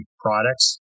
products